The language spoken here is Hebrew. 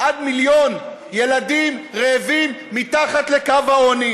עד מיליון ילדים רעבים מתחת לקו העוני,